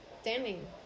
standing